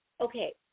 okay